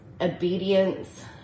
obedience